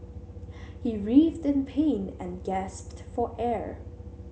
he writhed in pain and gasped for air